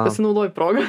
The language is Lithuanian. pasinaudojai proga